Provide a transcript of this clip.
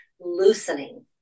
loosening